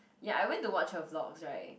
ya I went to watch her vlogs right